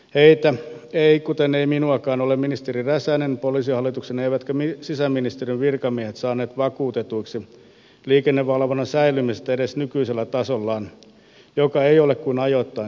heitä eivät kuten eivät minuakaan ole ministeri räsänen poliisihallituksen eivätkä sisäministeriön virkamiehet saaneet vakuutetuiksi liikennevalvonnan säilymisestä edes nykyisellä tasollaan joka ei ole kuin ajoittain edes välttävä